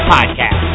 Podcast